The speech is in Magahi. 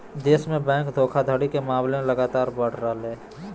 देश में बैंक धोखाधड़ी के मामले लगातार बढ़ रहलय